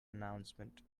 announcement